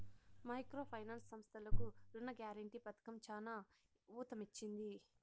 micro finance సంస్థలకు రుణ guarantee పథకం చానా ఊతమిచ్చింది